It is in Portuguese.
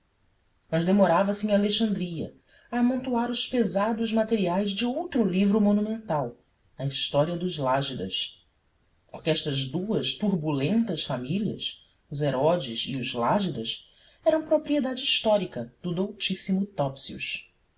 demorava-se em alexandria a amontoar os pesados materiais de outro livro monumental a história dos lágidas porque estas duas turbulentas famílias os herodes e os lágidas eram propriedade histórica do